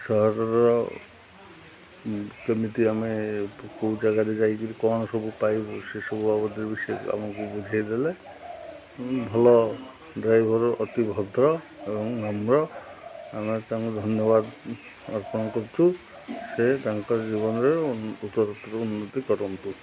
ସହରର କେମିତି ଆମେ କେଉଁ ଜାଗାରେ ଯାଇକିରି କ'ଣ ସବୁ ପାଇବୁ ସେସବୁ ବାବଦରେ ବି ସେ ଆମକୁ ବୁଝେଇଦେଲେ ଭଲ ଡ୍ରାଇଭର ଅତି ଭଦ୍ର ଏବଂ ନମ୍ର ଆମେ ତାଙ୍କୁ ଧନ୍ୟବାଦ ଅର୍ପଣ କରୁଛୁ ସେ ତାଙ୍କ ଜୀବନରେ ଉତ୍ତରୋରତ ଉନ୍ନତି କରନ୍ତୁ